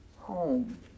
home